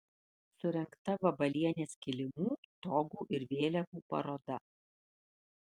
surengta vabalienės kilimų togų ir vėliavų paroda